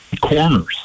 corners